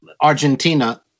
Argentina